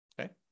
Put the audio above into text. Okay